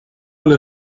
alla